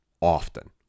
often